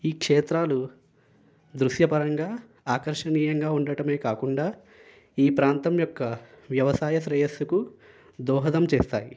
ఈ క్షేత్రాలు దృశ్య పరంగా ఆకర్షణీయంగా ఉండటమే కాకుండా ఈ ప్రాంతం యొక్క వ్యవసాయ శ్రేయస్సుకు దోహదం చేస్తాయ్